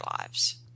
lives